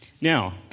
Now